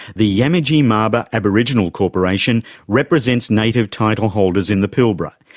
the yamatji marlpa aboriginal corporation represents native title holders in the pilbara,